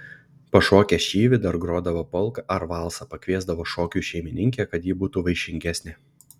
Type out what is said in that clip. pašokę šyvį dar grodavo polką ar valsą pakviesdavo šokiui šeimininkę kad ji būtų vaišingesnė